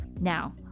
Now